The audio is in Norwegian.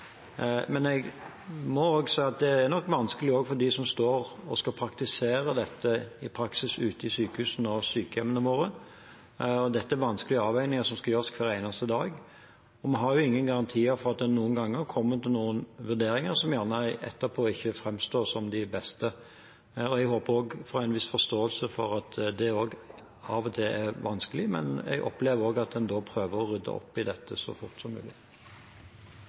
Men jeg må også si at det er nok vanskelig også for dem som skal praktisere dette – i praksis – ute i sykehusene og sykehjemmene våre. Dette er vanskelige avveininger som skal gjøres hver eneste dag, og vi har ingen garantier for at det noen ganger kommer til vurderinger som etterpå ikke framstår som de beste. Jeg håper på en viss forståelse for at det av og til er vanskelig. Men jeg opplever at man da prøver å rydde opp i dette så fort som mulig.